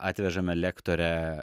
atvežame lektorę